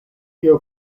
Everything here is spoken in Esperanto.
tio